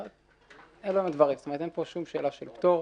אין פה שום שאלה של פטור.